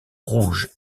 rouge